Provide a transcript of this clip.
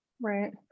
Right